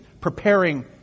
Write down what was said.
preparing